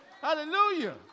Hallelujah